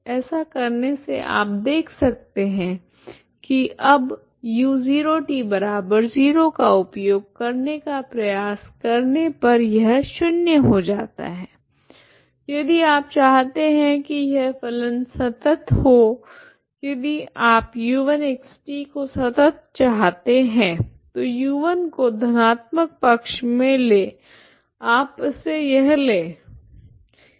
ऐसा करने से आप देख सकते हैं कि अब u 0t 0 का उपयोग करने का प्रयास करने पर यह शून्य हो जाता है यदि आप चाहते है की यह फलन संतत हो यदि आप u1xt को संतत चाहते है तो u1 को धनात्मक पक्ष मे ले आप इसे यह ले है